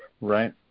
right